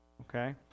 Okay